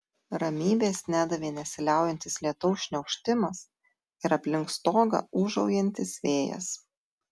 ramybės nedavė nesiliaujantis lietaus šniokštimas ir aplink stogą ūžaujantis vėjas